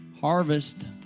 harvest